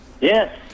Yes